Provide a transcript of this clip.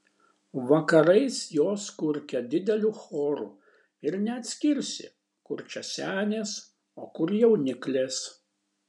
vakarais jos kurkia dideliu choru ir neatskirsi kur čia senės o kur jauniklės